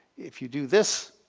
if you do this